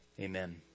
Amen